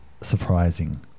surprising